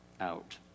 out